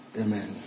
Amen